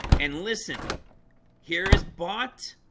and listen here is bought,